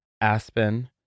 Aspen